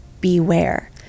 beware